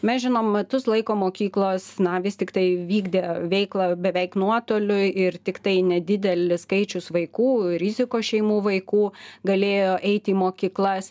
mes žinom metus laiko mokyklos na vis tiktai vykdė veiklą beveik nuotoliu ir tiktai nedidelis skaičius vaikų rizikos šeimų vaikų galėjo eiti į mokyklas